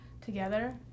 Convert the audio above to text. together